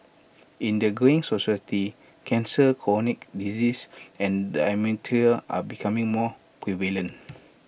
in the greying society cancer chronic disease and dementia are becoming more prevalent